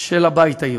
של הבית היהודי.